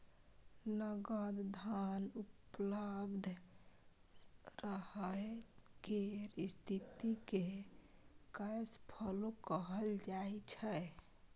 नगद धन उपलब्ध रहय केर स्थिति केँ कैश फ्लो कहल जाइ छै